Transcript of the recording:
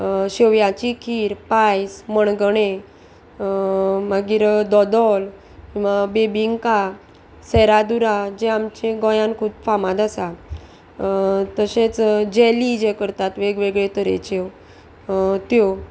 शेवयाची खीर पायस मणगणे मागीर दोदोल किंवा बेबिंका सेरादुरा जे आमचे गोंयान खूब फामाद आसा तशेंच जेली जे करतात वेगवेगळे तरेच्यो त्यो